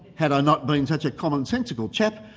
had i not been such a commonsensical chap,